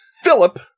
Philip